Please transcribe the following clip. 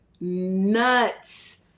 nuts